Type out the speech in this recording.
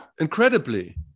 incredibly